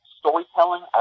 storytelling